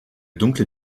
dunkle